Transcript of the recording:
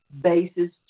basis